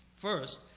First